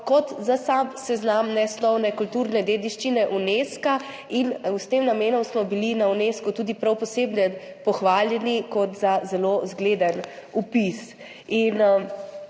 kot za sam seznam nesnovne kulturne dediščine Unesca. S tem namenom smo bili na Unescu tudi prav posebno pohvaljeni za zelo zgleden vpis.